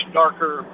darker